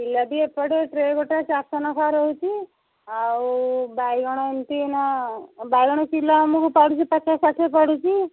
ବିଲାତି ଏପଟେ ଟ୍ରେ ଗୋଟା ଚାରିଶହ ନେଖା ରହୁଛି ଆଉ ବାଇଗଣ ଏମିତି ଏଇନା ବାଇଗଣ କିଲୋ ଆମର ପଡ଼ୁଛି ପଚାଶ ଷାଠିଏ ପଡ଼ୁଛି